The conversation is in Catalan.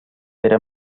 era